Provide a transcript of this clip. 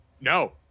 No